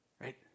Right